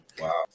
Wow